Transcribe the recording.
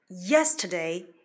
Yesterday